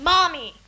Mommy